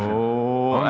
oh.